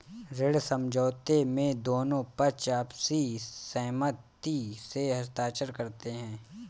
ऋण समझौते में दोनों पक्ष आपसी सहमति से हस्ताक्षर करते हैं